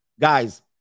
guys